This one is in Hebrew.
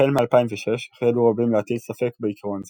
החל מ-2006 החלו רבים להטיל ספק בעיקרון זה,